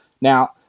Now